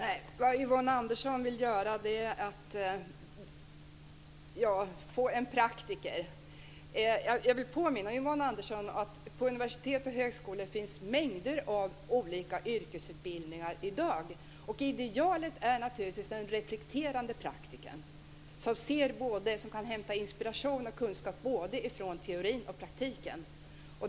Fru talman! Vad Yvonne Andersson vill är att få fram en praktiker. Jag vill påminna Yvonne Andersson om att på universitet och högskolor finns mängder av olika yrkesutbildningar i dag. Idealet är naturligtvis den reflekterande praktikern, som kan hämta inspiration och kunskap både från teorin och praktiken.